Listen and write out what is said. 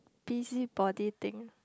busybody thing